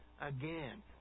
again